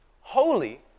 Holy